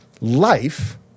life